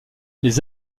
les